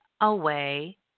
away